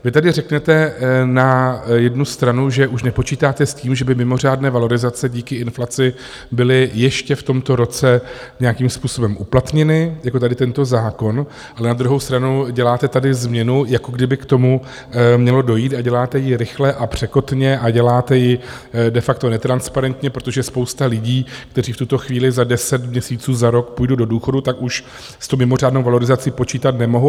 Vy tady řeknete na jednu stranu, že už nepočítáte s tím, že by mimořádné valorizace díky inflaci byly ještě v tomto roce nějakým způsobem uplatněny, jako tady tento zákon, ale na druhou stranu děláte tady změnu, jako kdyby k tomu mělo dojít, a děláte ji rychle a překotně a děláte ji de facto netransparentně, protože spousta lidí, kteří v tuto chvíli za 10 měsíců, za rok půjdu do důchodu, tak už s mimořádnou valorizací počítat nemohou.